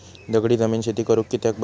दगडी जमीन शेती करुक कित्याक बरी नसता?